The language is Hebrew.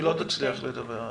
היא לא תספיק לדבר.